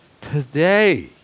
today